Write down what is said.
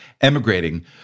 emigrating